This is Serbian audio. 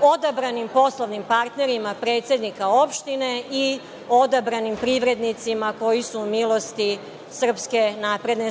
odabranim poslovnim partnerima predsednika opštine i odabranim privrednicima koji su u milosti SNS.Prema